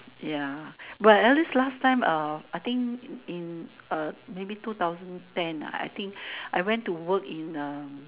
ya but at least last time uh I think in uh maybe two thousand ten uh I think I went to work in um